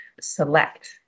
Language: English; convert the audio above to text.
select